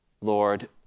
Lord